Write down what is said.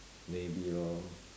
maybe lor